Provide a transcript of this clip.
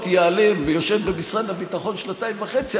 ייעלם והיא יושבת במשרד הביטחון שנתיים וחצי,